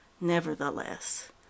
Nevertheless